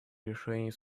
решений